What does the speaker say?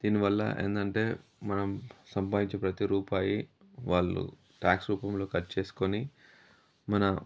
దీనివల్ల ఏంటంటే మనం సంపాదించే ప్రతీ రూపాయి వాళ్ళు ట్యాక్స్ రూపంలో కట్ చేసుకోని మన